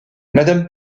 madame